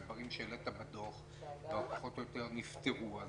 הדברים שהעלית בדוח פחות או יותר נפתרו,